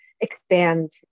expand